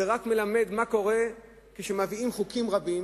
זה רק מלמד מה קורה כשמביאים חוקים רבים